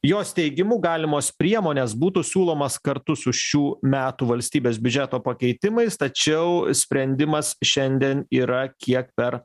jos teigimu galimos priemonės būtų siūlomos kartu su šių metų valstybės biudžeto pakeitimais tačiau sprendimas šiandien yra kiek per